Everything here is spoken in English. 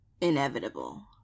inevitable